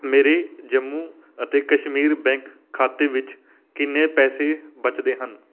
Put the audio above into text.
ਮੇਰੇ ਜੰਮੂ ਅਤੇ ਕਸ਼ਮੀਰ ਬੈਂਕ ਖਾਤੇ ਵਿੱਚ ਕਿੰਨੇ ਪੈਸੇ ਬਚਦੇ ਹਨ